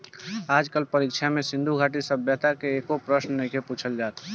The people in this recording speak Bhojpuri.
आज कल परीक्षा में सिन्धु घाटी सभ्यता से एको प्रशन नइखे पुछल जात